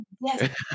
yes